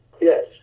Yes